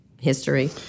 history